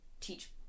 teach